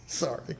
sorry